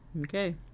Okay